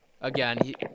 Again